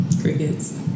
Crickets